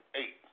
eight